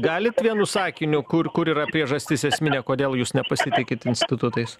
galit vienu sakiniu kur kur yra priežastis esminė kodėl jūs nepasitikit institutais